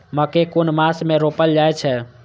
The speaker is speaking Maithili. मकेय कुन मास में रोपल जाय छै?